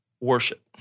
worship